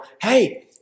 hey